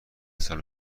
اتصال